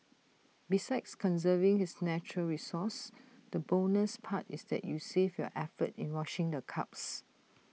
besides conserving this natural resource the bonus part is that you save your effort in washing the cups